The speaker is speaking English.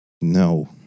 No